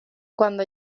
cuando